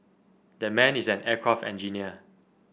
that man is an aircraft engineer